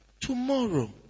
Tomorrow